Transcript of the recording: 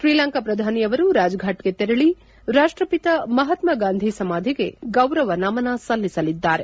ಶ್ರೀಲಂಕಾ ಪ್ರಧಾನಿಯವರು ರಾಜಘಾಟ್ಗೆ ತೆರಳಿ ರಾಷ್ಟಪಿತ ಮಹಾತ್ಮ ಗಾಂಧಿ ಸಮಾಧಿಗೆ ಗೌರವ ನಮನ ಸಲ್ಲಿಸಲಿದ್ದಾರೆ